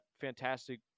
fantastic